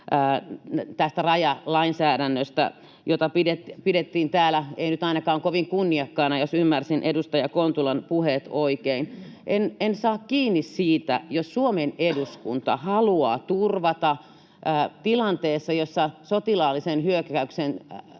tästä rajalainsäädännöstä, jota ei nyt pidetty täällä ainakaan kovin kunniakkaana, jos ymmärsin edustaja Kontulan puheet oikein. En saa kiinni siitä, että jos Suomen eduskunta haluaa turvata tilanteessa, jossa sotilaallisen hyökkäyksen